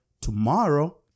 tomorrow